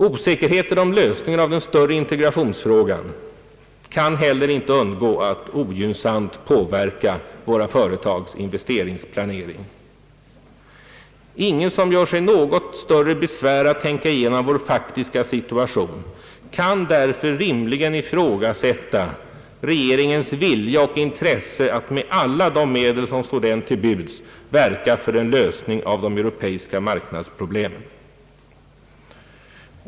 Osäkerheten om lösningen av den större integrationsfrågan kan heller inte undgå att ogynnsamt påverka våra företags investeringsplanering. Ingen, som gör sig något större besvär med att tänka igenom vår faktiska situation, kan därför rimligen ifrågasätta regeringens vilja och intresse att med alla de medel som står den till buds verka för en lösning av de europeiska marknadsproblemen.